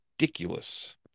ridiculous